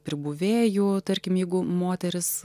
pribuvėjų tarkim jeigu moteris